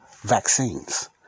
vaccines